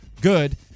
good